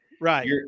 Right